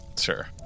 Sure